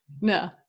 no